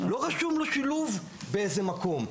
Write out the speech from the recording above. לא רשום לו שילוב באיזה מקום.